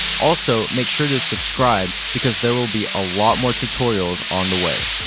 also, make sure to subscribe, because there will be a lot more tutorials on the way.